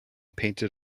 painted